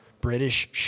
British